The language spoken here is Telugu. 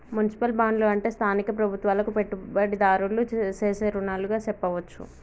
మున్సిపల్ బాండ్లు అంటే స్థానిక ప్రభుత్వాలకు పెట్టుబడిదారులు సేసే రుణాలుగా సెప్పవచ్చు